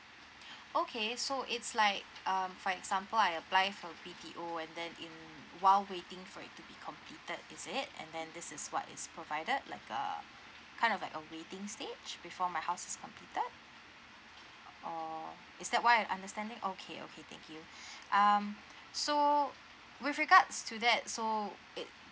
okay so it's like um for example I apply for B_T_O and that it while waiting for it to be completed is it and then this is what is provided like uh kind of like a waiting stage before my house is completed or is that what I understanding okay okay thank you um so with regards to that so it